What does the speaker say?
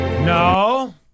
No